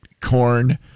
corn